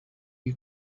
you